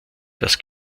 das